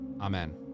Amen